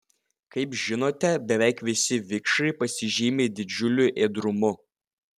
kaip žinote beveik visi vikšrai pasižymi didžiuliu ėdrumu